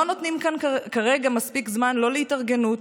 לא נותנים כאן כרגע מספיק זמן, לא להתארגנות,